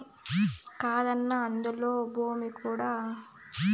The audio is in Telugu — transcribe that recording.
కాదన్నా అందులో కూడా శానా భూమి ఇల్ల పట్టాలకే పనికిరాలే